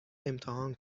امتحان